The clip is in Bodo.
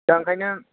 दा ओंखायनो